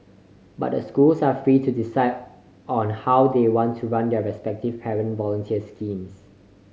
but the schools are free to decide on how they want to run their respective parent volunteers schemes